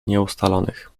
nieustalonych